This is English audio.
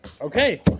Okay